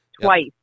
twice